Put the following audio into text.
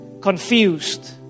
confused